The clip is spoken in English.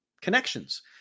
connections